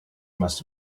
must